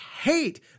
hate